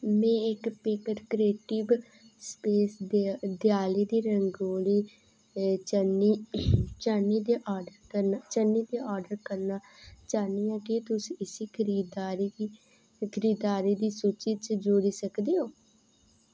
में इक packet creative space दे देआली दी रंगोली चन्नी चान्नी दे आर्डर करना चन्नी दे आर्डर करना चाह्न्नी आं के तुस इसी खरीदारी गी खरीदारी दी सूची च जोड़ी सकदे ओ